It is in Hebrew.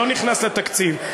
לא נכנס לתקציב.